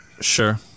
Sure